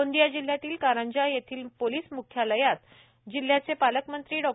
गोंदिया जिल्ह्यातील कारंजा येथील पोलीस मुख्यालय मव्वानावर जिल्ह्याचे पालकमंत्री डॉ